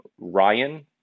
ryan